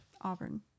Auburn